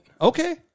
Okay